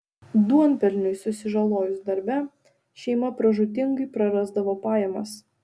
duonpelniui susižalojus darbe šeima pražūtingai prarasdavo pajamas